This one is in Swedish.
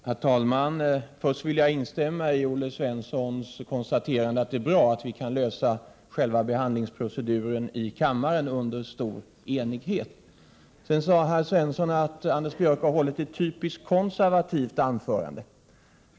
Herr talman! Först vill jag instämma i Olle Svenssons konstaterande att det är bra att vi kan lösa själva behandlingsproceduren i kammaren under stor enighet. Herr Svensson sade att jag hade hållit ett typiskt konservativt anförande.